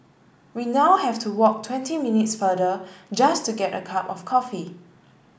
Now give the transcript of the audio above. we now have to walk twenty minutes farther just to get a cup of coffee